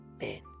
Man